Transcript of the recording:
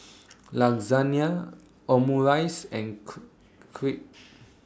Lasagne Omurice and Crepe